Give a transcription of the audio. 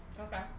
Okay